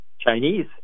Chinese